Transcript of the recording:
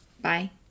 Bye